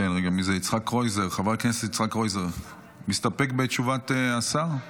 חבר הכנסת יצחק קרויזר מסתפק בתשובת השר?